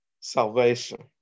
salvation